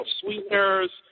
sweeteners